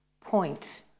point